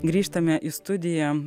grįžtame į studiją